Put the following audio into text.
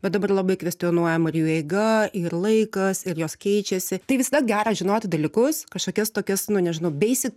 bet dabar labai kvestionuojama ir jų eiga ir laikas ir jos keičiasi tai visada gera žinoti dalykus kažkokias tokias nu nežinau beisik